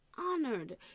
honored